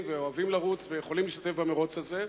ואוהבים לרוץ ויכולים להשתתף במירוץ הזה.